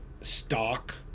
stock